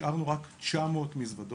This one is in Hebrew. נשארנו רק 900 מזוודות.